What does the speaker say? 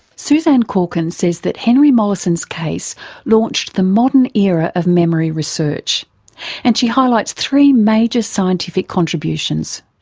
suzanne corkin says that henry molaisen's case launched the modern era of memory research and she highlights three major scientific contributions.